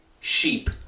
sheep